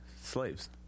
slaves